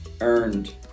earned